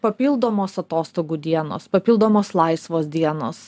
papildomos atostogų dienos papildomos laisvos dienos